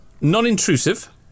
non-intrusive